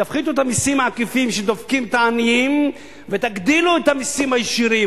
תפחיתו את המסים העקיפים שדופקים את העניים ותגדילו את המסים הישירים,